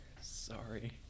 Sorry